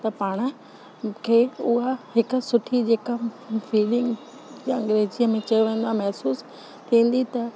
त पाण खे उहा हिक सुठी जेका फ़ीलिंग अंग्रेजीअ में चयो वेंदो आहे महेिसूसु थींदी त